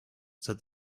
said